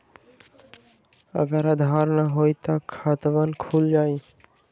अगर आधार न होई त खातवन खुल जाई?